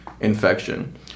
infection